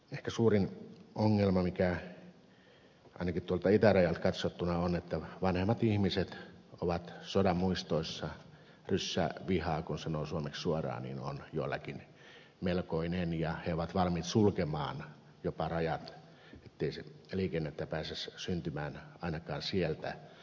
ehkä suurin ongelma ainakin tuolta itärajalta katsottuna on että vanhemmilla ihmisillä on sodan muistoissa ryssäviha kun sanoo suomeksi suoraan joillakin melkoinen ja he ovat valmiit jopa sulkemaan rajat ettei liikennettä pääse syntymään ainakaan sieltä päin meille päin